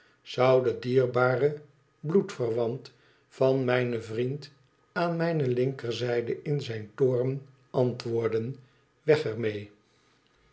zou de dierbare bloedverwant van mijn vriend aan mijne linkerzijde in zijn toom antwoorden weg ermede met